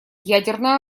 ядерное